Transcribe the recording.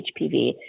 HPV